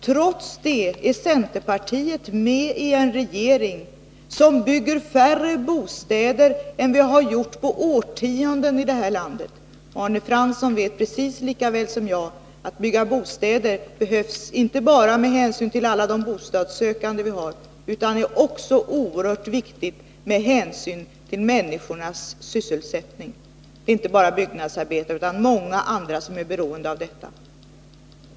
Trots det är centerpartiet med i en regering som bygger färre bostäder än vi har gjort på årtionden i det här landet. Arne Fransson vet precis lika väl som jag att bostadsbyggande inte bara behövs med hänsyn till alla de bostadssökande utan också är oerhört viktigt för människornas sysselsättning. Inte bara byggnadsarbetare utan många andra är beroende av detta.